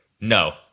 no